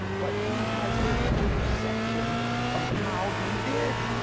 but he has his own perception of how he did!